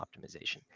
optimization